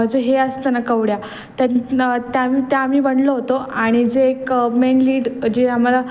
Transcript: जे हे असतं ना कवड्या त्यां त्या त्या आम्ही बनलो होतो आणि जे एक मेन लीड जे आम्हाला